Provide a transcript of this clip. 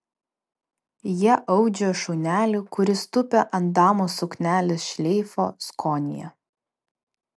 jie audžia šunelį kuris tupi ant damos suknelės šleifo skonyje